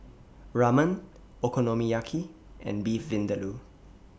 Ramen Okonomiyaki and Beef Vindaloo